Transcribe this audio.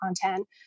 content